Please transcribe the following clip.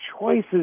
choices